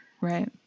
right